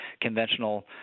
conventional